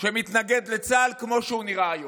שמתנגד לצה"ל כמו שהוא נראה היום?